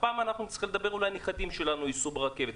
הפעם אנחנו יכולים להגיד שהנכדים שלנו ייסעו ברכבת.